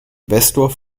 investor